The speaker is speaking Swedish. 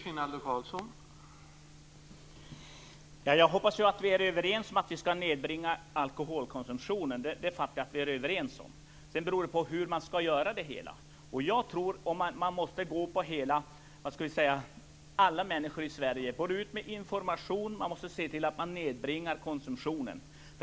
Herr talman! Jag hoppas att vi är överens om att vi skall nedbringa alkoholkonsumtionen. Det fattar jag det som att vi är överens om. Sedan beror det på hur man skall göra det. Jag tror att man måste gå på alla människor i Sverige. Man måste gå ut med information. Man måste se till att man nedbringar konsumtionen.